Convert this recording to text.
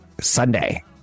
Sunday